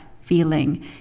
feeling